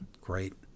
great